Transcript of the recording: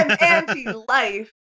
anti-life